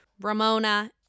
Ramona